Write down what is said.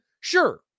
Sure